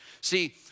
See